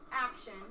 action